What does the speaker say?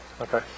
Okay